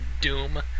Doom